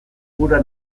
gura